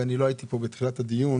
אני לא הייתי פה בתחילת הדיון.